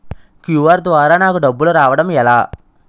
QR ద్వారా నాకు డబ్బులు రావడం ఎలా?